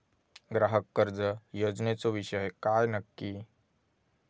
ग्राहक कर्ज योजनेचो विषय काय नक्की?